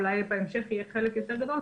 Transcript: אולי בהמשך יהיה חלק יותר גדול.